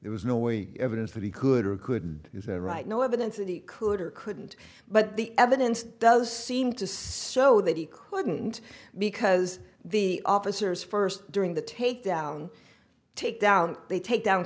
there was no way evidence that he could or could write no evidence that he could or couldn't but the evidence does seem to say so that he couldn't because the officers first during the takedown takedown they take down